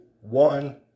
one